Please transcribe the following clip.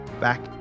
back